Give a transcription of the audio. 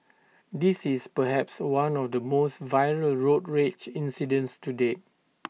this is perhaps one of the most viral road rage incidents to date